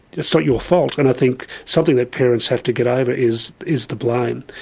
it's not your fault, and i think something that parents have to get over is is the blame.